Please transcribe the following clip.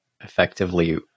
effectively